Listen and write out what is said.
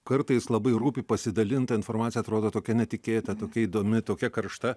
kartais labai rūpi pasidalint ta informacija atrodo tokia netikėta tokia įdomi tokia karšta